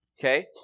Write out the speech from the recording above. okay